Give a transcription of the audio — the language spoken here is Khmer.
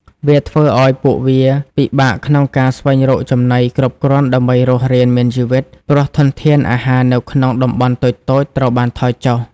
វាធ្វើឲ្យពួកវា ពិបាកក្នុងការស្វែងរកចំណី គ្រប់គ្រាន់ដើម្បីរស់រានមានជីវិត ព្រោះធនធានអាហារនៅក្នុងតំបន់តូចៗត្រូវបានថយចុះ។